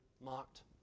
mocked